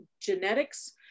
genetics